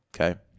Okay